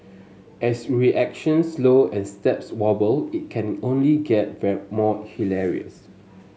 as reactions slow and steps wobble it can only get more hilarious